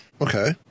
Okay